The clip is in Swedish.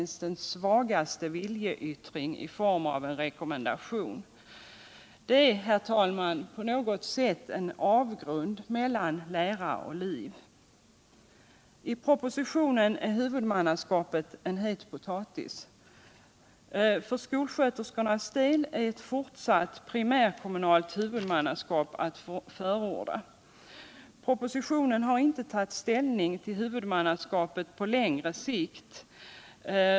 0. m. den svagaste viljeyttring i form av en rekommendation. Det är, herr talman, på något sält en avgrund mellan lära och liv. I propositionen är huvudmannaskapet en het potatis. För skolsköterskornas del är ett fortsatt primärkommunalt huvudmannaskap att förorda. I propositionen har man inte tagit ställning till huvudmannaskapet på längre sikt.